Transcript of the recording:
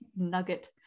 nugget